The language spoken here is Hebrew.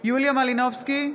יוליה מלינובסקי,